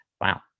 wow